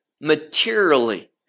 materially